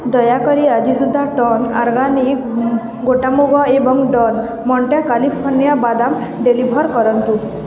ଦୟାକରି ଆଜି ସୁଦ୍ଧା ଟନ୍ ଆର୍ଗାନିକ୍ ଗୋଟା ମୁଗ ଏବଂ ଡ଼ନ୍ ମଣ୍ଟେ କାଲିଫର୍ଣ୍ଣିଆ ବାଦାମ ଡ଼େଲିଭର୍ କରନ୍ତୁ